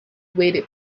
waited